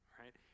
right